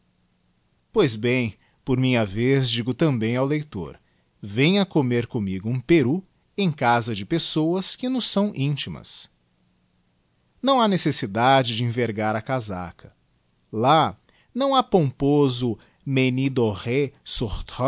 pois bem por minha vez digo também ao leitorr venha comer commigo um peru em casa de pessoas que nos são intimas não ha necessidade de envergar a casaca lá não ha pomposo